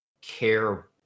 care